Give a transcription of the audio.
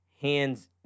hands